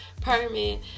permit